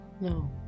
No